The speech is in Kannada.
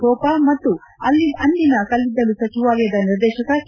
ಕ್ರೋಪ ಮತ್ತು ಅಂದಿನ ಕಲ್ಲಿದ್ದಲು ಸಚಿವಾಲಯದ ನಿರ್ದೇಶಕ ಕೆ